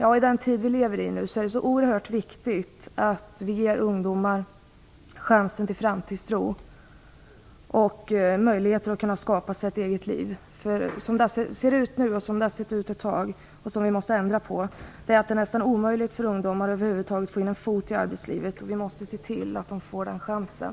I den tid som vi lever i är det oerhört viktigt att vi ger ungdomar chansen till framtidstro och möjligheter att skapa sig ett eget liv. Som det ser ut nu och som det sett ut ett tag, och som vi måste ändra på, är att det är nästan omöjligt för ungdomar att över huvud taget få in en fot i arbetslivet. Vi måste se till att de får den chansen.